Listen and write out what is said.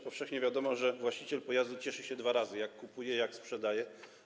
Powszechnie wiadomo, że właściciel pojazdu cieszy się dwa razy: jak kupuje i jak sprzedaje.